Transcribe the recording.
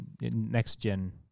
next-gen